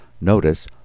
Notice